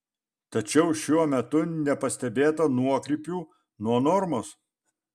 tačiau šiuo metu nepastebėta nuokrypių nuo normos